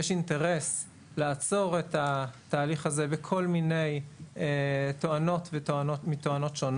יש להם אינטרס לעצור את התהליך הזה בכל מיני תואנות שונות.